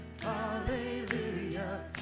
hallelujah